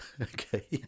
okay